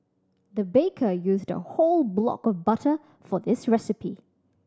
the baker used a whole block of butter for this recipe